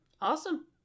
Awesome